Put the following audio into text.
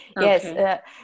Yes